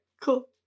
cool